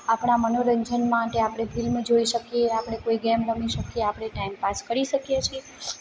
આપણા મનોરંજન માટે આપણે ફિલ્મ જોઇ શકીએ આપણે કોઇ ગેમ રમી શકીએ આપણે ટાઇમપાસ કરી શકીએ છે